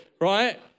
right